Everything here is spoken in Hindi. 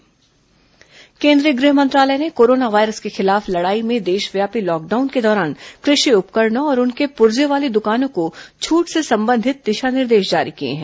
कोरोना कृषि उपकरण छूट केंद्रीय गृह मंत्रालय ने कोरोना वायरस के खिलाफ लड़ाई में देशव्यापी लॉकडाउन के दौरान कृषि उपकरणों और उनके पुर्जे वाली दुकानों को छूट से संबंधित दिशा निर्देश जारी किए हैं